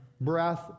Breath